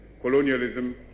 colonialism